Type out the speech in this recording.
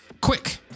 quick